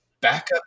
Backup